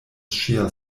ŝia